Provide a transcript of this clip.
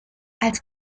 als